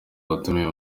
watumiwe